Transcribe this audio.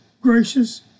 gracious